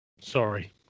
Sorry